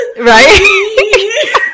Right